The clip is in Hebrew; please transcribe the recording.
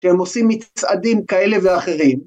‫שהם עושים מצעדים כאלה ואחרים.